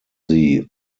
sie